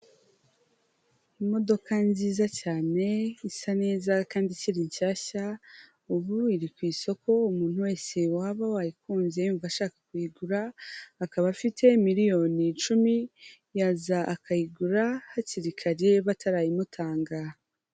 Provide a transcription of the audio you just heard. Imodoka nziza cyane isa neza kandi ikiri nshyashya ubu iri ku isoko umuntu wese waba wayikunze yumva ashaka kuyigura, akaba afite miliyoni icumi yaza akayigura hakiri kare batarayimutanga.